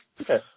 Okay